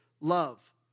love